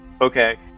Okay